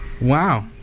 Wow